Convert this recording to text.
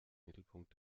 mittelpunkt